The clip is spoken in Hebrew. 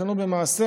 תבחנו במעשה.